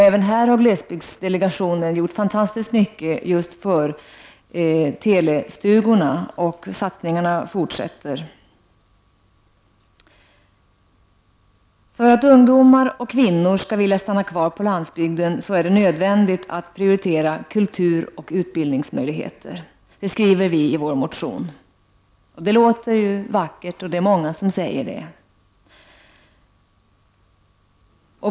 Även här har glesbygdsdelegationen gjort fantastiskt mycket just för telestugorna, och satsningarna fortsätter. För att ungdomar och kvinnor skall vilja stanna kvar på landsbygden är det nödvändigt att prioritera kultur och utbildningsmöjligheter, skriver vi i vår motion. Det låter ju vackert, och det är många som säger så.